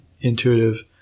intuitive